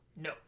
No